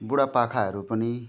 बुढापाकाहरू पनि